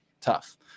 tough